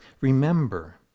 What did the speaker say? Remember